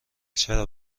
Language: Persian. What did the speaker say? چرا